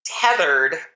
tethered